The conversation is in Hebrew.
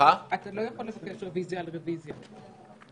לבקש רביזיה על רביזיה.